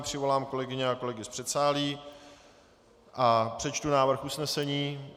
Přivolám kolegyně a kolegy z předsálí a přečtu návrh usnesení.